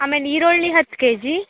ಆಮೇಲೆ ಈರುಳ್ಳಿ ಹತ್ತು ಕೆಜಿ